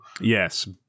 Yes